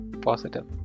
positive